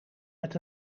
met